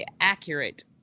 accurate